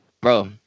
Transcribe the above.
bro